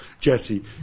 Jesse